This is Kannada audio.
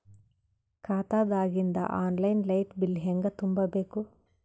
ಖಾತಾದಾಗಿಂದ ಆನ್ ಲೈನ್ ಲೈಟ್ ಬಿಲ್ ಹೇಂಗ ತುಂಬಾ ಬೇಕು?